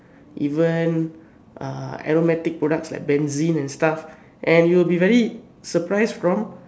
even ah aromatic product such as benzene and stuff and surprised from